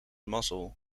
mazzel